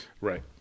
Right